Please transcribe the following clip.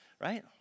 right